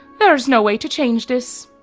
there is no way to change this.